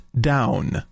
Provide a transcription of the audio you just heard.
down